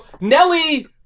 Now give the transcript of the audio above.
Nelly